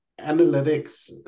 analytics